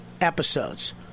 episodes